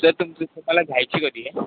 sir तुम्हाला घ्यायची कधी आहे